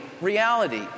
reality